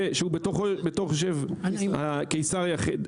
שהוא בתוך התוואי המאוד מורכב של קיסריה-זיכרון.